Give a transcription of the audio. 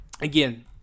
Again